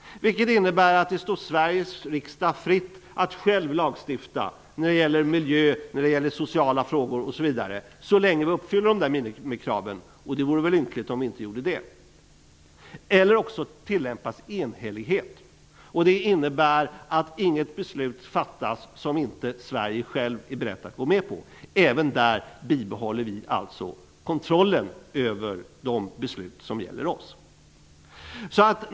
En minimikravstillämpning innebär att det står Sveriges riksdag fritt att själv lagstifta när det gäller miljö, sociala frågor m.m. -- så länge vi uppfyller minimikraven. Och det vore väl ynkligt om vi inte gjorde det. En enhällighetstillämpning innebär att inget beslut fattas som Sverige inte är berett att gå med på. I dessa fall bibehåller vi kontrollen över de beslut som gäller oss.